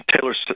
taylor